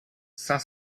cinq